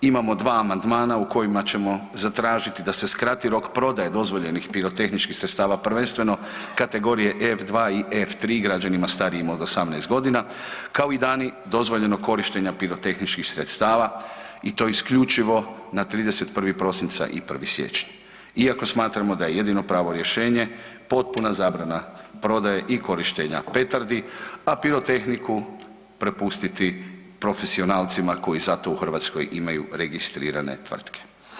Imamo 2 amandmana u kojima ćemo zatražiti da se skrati rok prodaje dozvoljenih pirotehničkih sredstava, prvenstveno kategorije F2 i F3 građanima starijim od 18 godina, kao i dani dozvoljenog korištenja pirotehničkih sredstava i to isključivo na 31. prosinca i 1. siječnja, iako smatramo da je jedino pravo rješenje potpuna zabrana, prodaje i korištenja petardi, a pirotehniku prepustiti profesionalcima koji za to u Hrvatskoj imaju registrirane tvrtke.